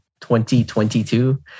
2022